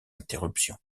interruptions